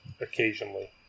occasionally